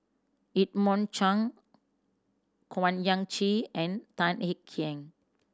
Edmund Cheng Owyang Chi and Tan Kek Hiang